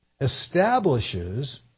establishes